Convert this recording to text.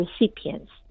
recipients